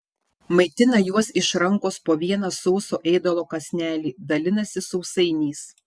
maitina juos iš rankos po vieną sauso ėdalo kąsnelį dalinasi sausainiais